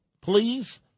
please